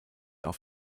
auf